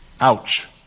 Ouch